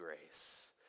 grace